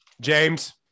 james